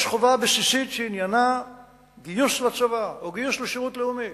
יש חובה בסיסית שעניינה גיוס לצבא או גיוס לשירות לאומי.